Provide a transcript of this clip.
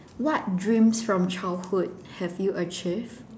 what dreams from childhood have you achieved